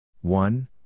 one